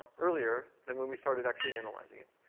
earlier than when we started actually analyzing it.